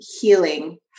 healing